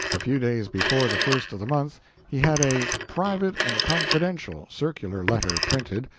a few days before the first of the month he had a private and confidential circular letter printed,